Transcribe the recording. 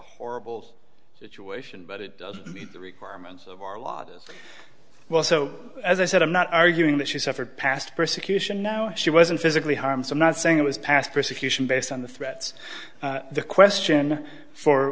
horrible situation but it doesn't meet the requirements of our lot as well so as i said i'm not arguing that she suffered past persecution now she wasn't physically harmed so not saying it was past persecution based on the threats the question for